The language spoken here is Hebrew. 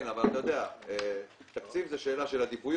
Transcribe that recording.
כן, אבל תקציב זה שאלה של עדיפויות,